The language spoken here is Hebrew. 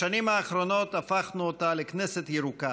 בשנים האחרונות הפכנו אותה לכנסת ירוקה.